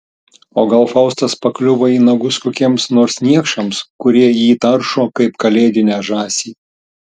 o gal faustas pakliuvo į nagus kokiems nors niekšams kurie jį taršo kaip kalėdinę žąsį